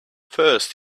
first